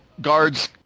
guards